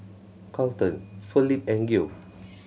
Carlton Felipe and Geo